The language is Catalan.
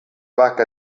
barca